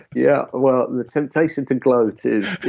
yeah, well, the temptation to gloat is